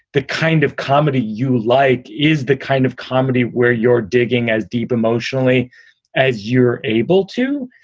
the kind of comedy you like is the kind of comedy where you're digging as deep emotionally as you're able to.